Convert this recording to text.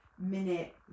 minute